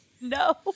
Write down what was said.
No